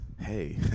Hey